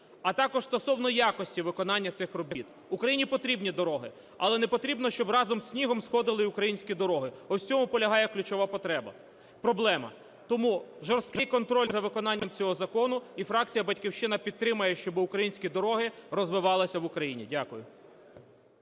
а також стосовно якості виконання цих робіт. Україні потрібні дороги, але не потрібно, щоб разом із снігом сходили і українські дороги, ось в цьому полягає ключова проблема. Тому жорсткий контроль за виконанням цього закону. І фракція "Батьківщина" підтримує, щоби українські дороги розвивалися в Україні. Дякую.